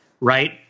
Right